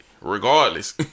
Regardless